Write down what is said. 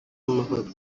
w’amahoro